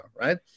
right